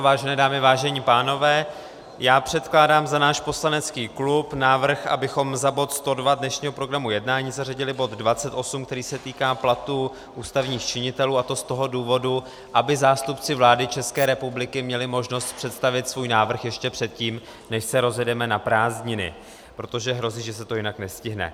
Vážené dámy, vážení pánové, já předkládám za náš poslanecký klub návrh, abychom za bod 102 dnešního programu jednání zařadili bod 28, který se týká platů ústavních činitelů, a to z toho důvodu, aby zástupci vlády ČR měli možnost představit svůj návrh ještě předtím, než se rozjedeme na prázdniny, protože hrozí, že se to jinak nestihne.